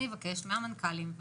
אני אבקש מהמנכ"לים,